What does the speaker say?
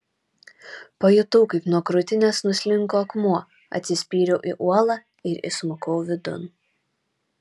pajutau kaip nuo krūtinės nuslinko akmuo atsispyriau į uolą ir įsmukau vidun